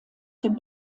dem